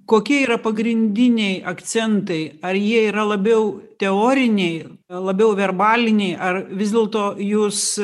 kokie yra pagrindiniai akcentai ar jie yra labiau teoriniai labiau verbaliniai ar vis dėlto jūs